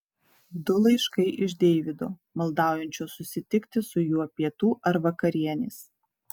du laiškai iš deivido maldaujančio susitikti su juo pietų ar vakarienės